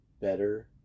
better